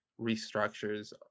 restructures